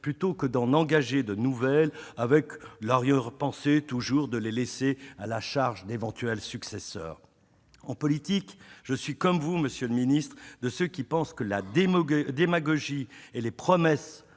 plutôt que d'en faire de nouvelles, avec l'arrière-pensée de les laisser à la charge d'éventuels successeurs ! En politique, je suis, comme vous, monsieur le ministre, de ceux qui pensent que la démagogie et les promesses